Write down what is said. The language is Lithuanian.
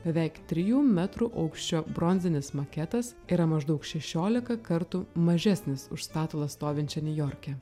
beveik trijų metrų aukščio bronzinis maketas yra maždaug šešiolika kartų mažesnis už statulą stovinčią niujorke